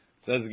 Says